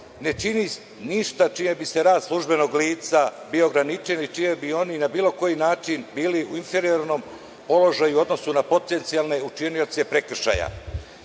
ne čini ništa čime bi rad službenog lica bio ograničen i čime bi oni na bilo koji način bili u inferiornom položaju u odnosu na potencijalne učinioce prekršaja. Možda